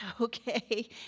okay